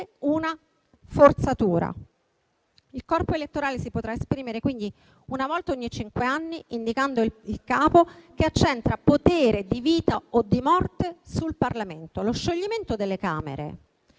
una forzatura. Il corpo elettorale si potrà esprimere, quindi, una volta ogni cinque anni, indicando il capo che accentra potere di vita o di morte sul Parlamento. Lo scioglimento delle Camere,